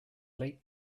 late